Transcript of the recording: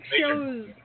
shows